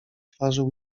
twarzy